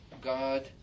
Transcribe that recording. God